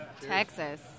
Texas